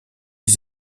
les